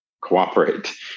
cooperate